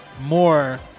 more